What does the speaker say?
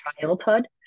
childhood